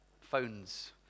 phones